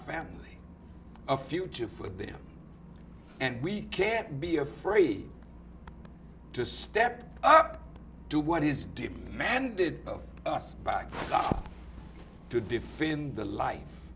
family a future for them and we can't be afraid to step up to what is deep man did of us back to defend the life